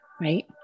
right